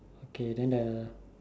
okay then the